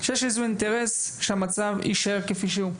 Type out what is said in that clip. שיש איזה שהוא אינטרס שהמצב יישאר כפי שהוא,